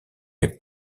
est